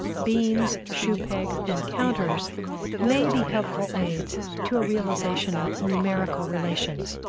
beans, shoe pegs, and counters may be helpful aids to a realization of numerical relations,